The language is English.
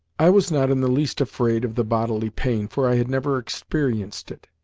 i was not in the least afraid of the bodily pain, for i had never experienced it.